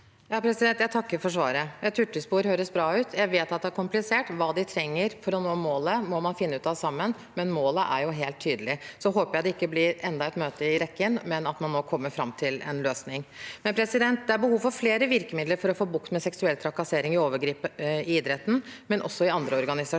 Jeg takker for svaret. Et hurtigspor høres bra ut. Jeg vet at det er komplisert. Hva de trenger for å nå målet, må man finne ut av sammen, men målet er helt tydelig. Så håper jeg det ikke blir enda et møte, men at man nå kommer fram til en løsning. Det er behov for flere virkemidler for å få bukt med seksuell trakassering og overgrep i idretten, men også i andre organisasjoner.